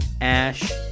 ash